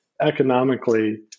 economically